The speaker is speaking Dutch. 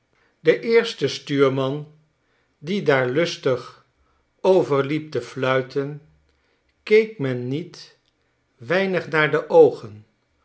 den eersten stuurman die daarlustig over liep te fluiten keek men niet weinig naar de oogen